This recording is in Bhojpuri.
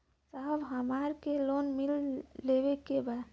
साहब हमरा के लोन लेवे के बा